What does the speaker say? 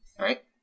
Right